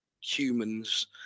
humans